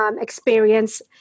experience